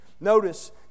Notice